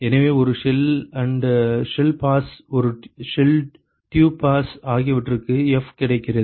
எனவே ஒரு shell pass ஒரு டியூப் பாஸ் ஆகியவற்றுக்கு F கிடைக்கிறது